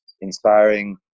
inspiring